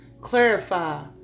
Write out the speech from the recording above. clarify